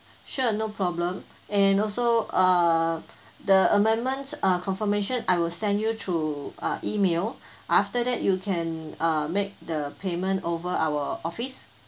sure no problem and also uh the amendments uh confirmation I will send you through uh email after that you can uh make the payment over our office